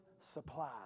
supply